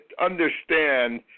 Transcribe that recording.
understand